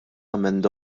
emenda